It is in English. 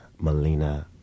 Melina